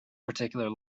particular